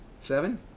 Seven